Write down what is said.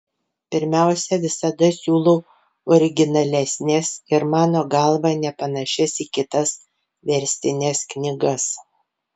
pirmiausia visada siūlau originalesnes ir mano galva nepanašias į kitas verstines knygas